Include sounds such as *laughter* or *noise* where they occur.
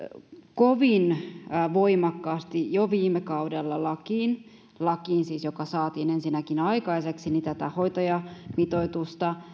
kovin voimakkaasti jo viime kaudella lakiin siis lakiin joka ensinnäkin saatiin aikaiseksi tätä hoitajamitoitusta *unintelligible*